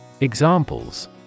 Examples